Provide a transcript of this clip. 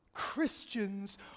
Christians